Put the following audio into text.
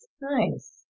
nice